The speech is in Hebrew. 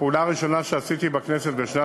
הפעולה הראשונה שעשיתי בכנסת בשנת